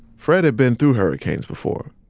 fred had been through hurricanes before.